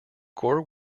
gore